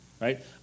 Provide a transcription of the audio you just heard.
Right